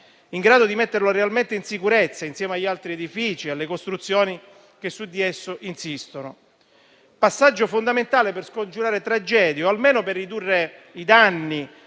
in grado di metterlo realmente in sicurezza, insieme agli altri edifici e alle costruzioni che su di esso insistono. Un passaggio fondamentale per scongiurare tragedie o almeno per ridurre i danni